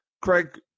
Craig